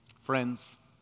Friends